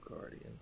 guardian